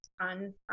on